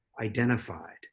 identified